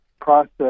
process